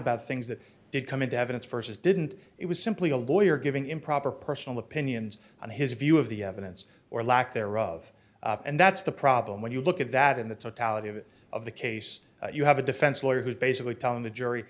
about things that did come into evidence versus didn't it was simply a lawyer giving improper personal opinions on his view of the evidence or lack thereof and that's the problem when you look at that in the totality of it of the case you have a defense lawyer who's basically telling the jury